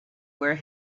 where